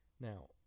Now